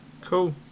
Cool